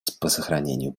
сохранению